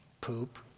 Poop